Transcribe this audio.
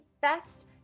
best